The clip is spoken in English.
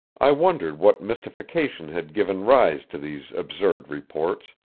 i wondered what mystification had given rise to these absurd reports,